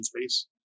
space